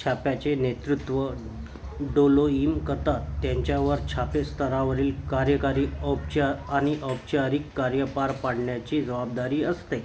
छाप्याचे नेतृत्व डोलोइम करतात त्यांच्यावर छापे स्तरावरील कार्यकारी औपचा आणि औपचारिक कार्य पार पाडण्याची जबाबदारी असते